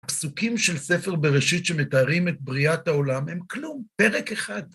הפסוקים של ספר בראשית שמתארים את בריאת העולם הם כלום, פרק אחד.